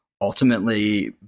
ultimately